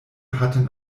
hatten